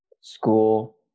school